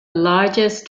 largest